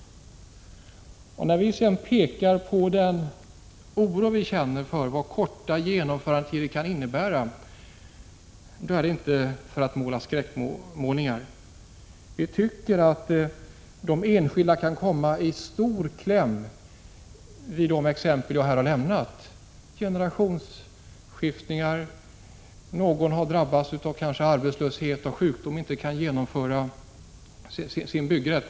När vi ger uttryck för den oro vi känner inför vad korta genomförandetider kan innebära, så avser vi inte att åstadkomma några skräckmålningar. Vi tycker att de enskilda verkligen kan komma i kläm i de fall jag här nämnt som exempel: när det har blivit generationsskiften, när någon har drabbats av arbetslöshet eller sjukdom och inte kan genomföra sin byggrätt.